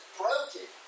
broken